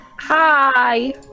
Hi